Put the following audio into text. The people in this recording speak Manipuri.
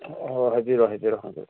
ꯑꯣ ꯍꯥꯏꯕꯤꯔꯛꯑꯣ ꯍꯥꯏꯕꯤꯔꯛꯑꯣ ꯑꯗꯨꯝ